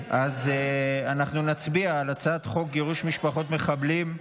אנחנו נצביע על הצעת חוק גירוש משפחות מחבלים,